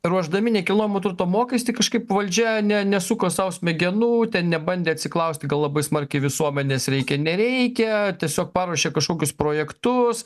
ruošdami nekilnojamo turto mokestį kažkaip valdžia nenesuko sau smegenų ten nebandė atsiklausti gal labai smarkiai visuomenės reikia nereikia tiesiog paruošė kažkokius projektus